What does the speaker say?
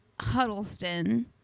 Huddleston